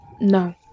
No